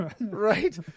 right